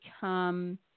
become